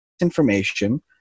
information